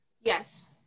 Yes